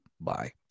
bye